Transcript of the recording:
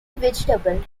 vegetable